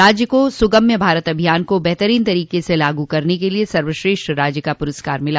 राज्य को सुगम्य भारत अभियान को बेहतरीन तरीके से लागू करने के लिये सर्वश्रेष्ठ राज्य का पुरस्कार मिला